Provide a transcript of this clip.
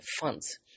funds